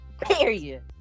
Period